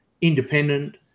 independent